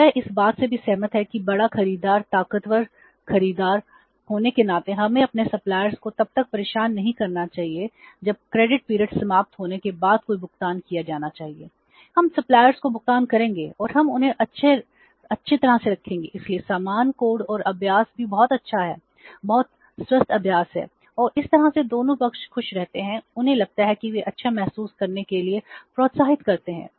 और वे इस बात से भी सहमत हैं कि बड़ा खरीदारताकतवर खरीदार होने के नाते हमें अपने सप्लायर्स को भुगतान करेंगे और हम उन्हें अच्छे रखेंगे इसलिए समान कोड और अभ्यास भी बहुत अच्छा है बहुत स्वस्थ अभ्यास है और इस तरह से दोनों पक्ष खुश रहते हैं उन्हें लगता है कि वे अच्छा महसूस करने के लिए प्रोत्साहित करते हैं